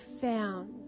found